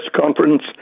conference